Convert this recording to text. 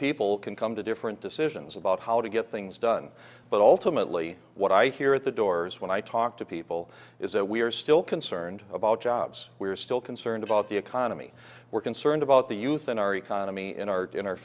people can come to different decisions about how to get things done but ultimately what i hear at the doors when i talk to people is that we're still concerned about jobs we're still concerned about the economy we're concerned about the youth in our economy in our in our